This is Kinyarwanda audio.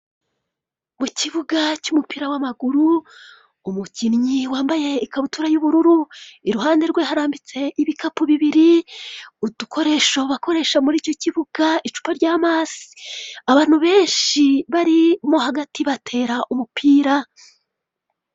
Mukibuga cy'umupira w'amaguru umukinnyi wambaye ikabutura y'ubururu, iruhande rwe harambitse ibikapu bibiri, udukoresho bakoresha muri iki kibuga, icupa ry'amazi. Abantu benshi bari mo hagati batera umupira.